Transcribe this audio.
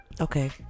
okay